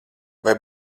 vai